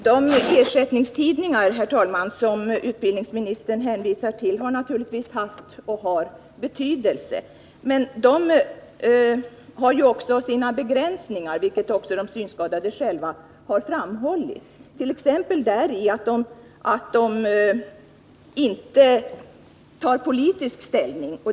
Herr talman! De ersättningstidningar som utbildningsministern hänvisar till har naturligtvis haft och har betydelse, men de har även sina begränsningar — vilket också de synskadade själva har framhållit —t.ex. att de inte tar politisk ställning.